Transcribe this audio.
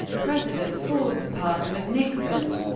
president ford's pardon of nixon